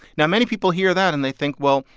now, many people hear that and they think, well,